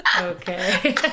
Okay